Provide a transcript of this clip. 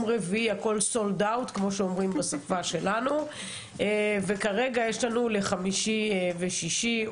רביעי הכול כבר נמכר וכרגע יש כרטיסים לחמישי ושישי.